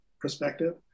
perspective